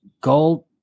gold